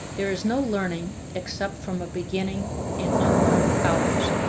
there is no learning except from a beginning in unlearned powers,